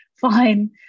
fine